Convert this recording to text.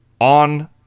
on